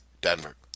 Denver